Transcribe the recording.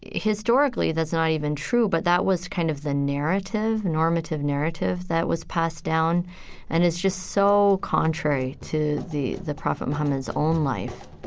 historically, that's not even true, but that was the kind of the narrative, normative-narrative that was passed down and it's just so contrary to the the prophet muhammad's own life